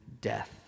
death